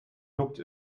looked